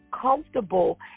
comfortable